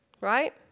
Right